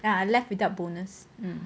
ya I left without bonus